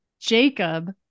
Jacob